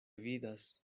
vidas